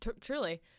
truly